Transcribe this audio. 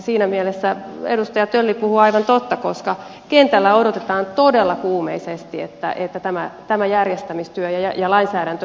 siinä mielessä edustaja tölli puhuu aivan totta koska kentällä odotetaan todella kuumeisesti että tämä järjestämistyö ja lainsäädäntö etenevät